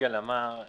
שיגאל פרסלר אמר,